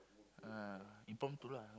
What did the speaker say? uh impromptu lah